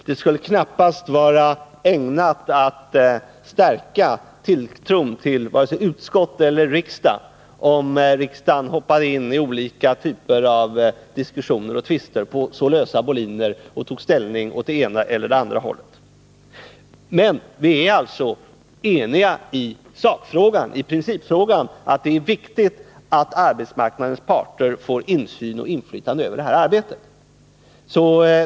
Det skulle knappast vara ägnat att stärka tilltron till vare sig utskott eller riksdag om riksdagen hoppade in i olika typer av diskussioner och tvister på så lösa boliner och tog ställning i den ena eller den andra riktningen. Vi är alltså enigai principfrågan — att det är viktigt att arbetsmarknadens parter får insyn i och inflytande över det här arbetet.